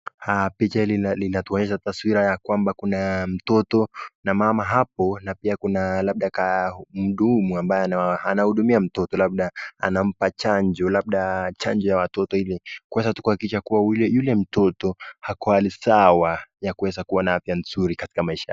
Picha hili linatuonyesha taswira ya kwamba kuna mtoto na mama hapo na pia kuna labda mhudumu ambaye anahudumia mtoto labda anampa chanjo labda chanjo ya watoto ile kuweza tu kuhakikisha kuwa yule mtoto ako hali sawa ya kuweza kuwa na afya nzuri katika maisha.